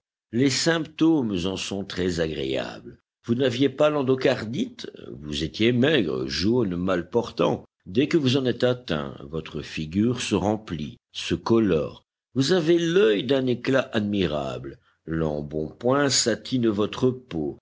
les symptômes en sont très agréables vous n'aviez pas l'endocardite vous étiez maigre jaune mal portant dès que vous en êtes atteint votre figure se remplit se colore vous avez l'œil d'un éclat admirable l'embonpoint satine votre peau